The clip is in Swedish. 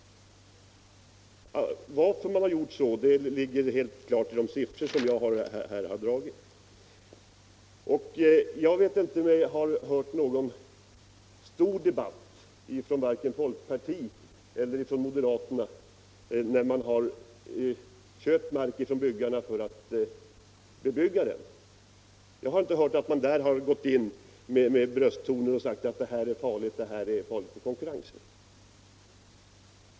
Och varför man har gjort så framgår klart av de siffror som jag här har anfört. Jag vet mig inte i någon större debatt ha hört någon representant för folkpartiet eller moderaterna använda brösttoner och säga att det är farligt för konkurrensen när byggherrarna har köpt mark för att bebygga den.